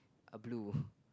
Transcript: a blue